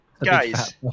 guys